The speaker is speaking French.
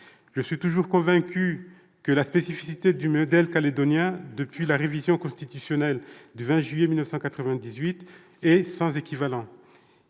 Je suis toujours convaincu que la spécificité du modèle calédonien depuis la révision constitutionnelle du 20 juillet 1998 est sans équivalent.